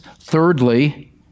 Thirdly